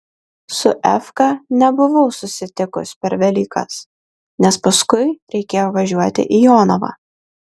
su efka nebuvau susitikus per velykas nes paskui reikėjo važiuoti į jonavą